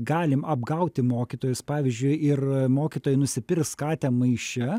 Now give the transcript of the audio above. galim apgauti mokytojus pavyzdžiui ir mokytojai nusipirks katę maiše